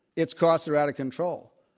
its costs are out of control.